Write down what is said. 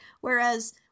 whereas